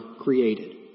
created